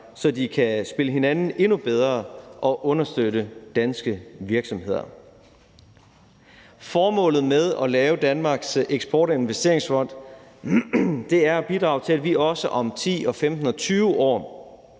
sig og kan spille hinanden endnu bedre og understøtte danske virksomheder. Formålet med at lave Danmarks Eksport- og Investeringsfond er at bidrage til, at vi også om 10 og 15 og 20 år